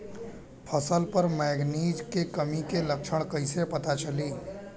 फसल पर मैगनीज के कमी के लक्षण कइसे पता चली?